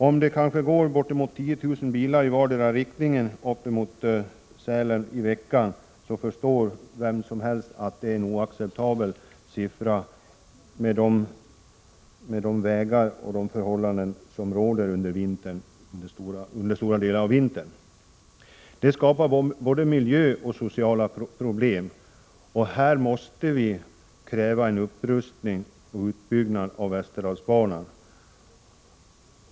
Om det går bortemot 10 000 bilar i vardera riktningen i veckan, förstår vem som helst att det är en oacceptabel siffra med de vägar och de förhållanden i övrigt som råder under stora delar av året, framför allt vintertid. Det skapas både miljöproblem och sociala problem. Därför är det nödvändigt med en upprustning och utbyggnad av Västerdalsbanan.